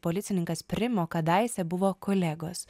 policininkas primo kadaise buvo kolegos